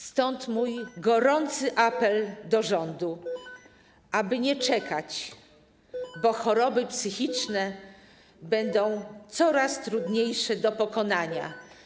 Stąd mój gorący apel do rządu, aby nie czekać, bo choroby psychiczne będą coraz trudniejsze do pokonania.